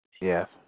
Yes